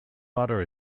butter